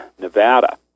Nevada